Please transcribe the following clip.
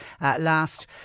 last